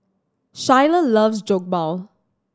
Schuyler loves Jokbal